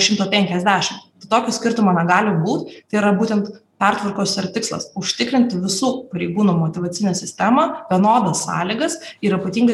šimto penkiasdešim tokio skirtumo negali būt tai yra būtent pertvarkos ir tikslas užtikrinti visų pareigūnų motyvacinę sistemą vienodas sąlygas ir ypatingai